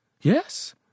Yes